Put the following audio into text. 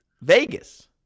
Vegas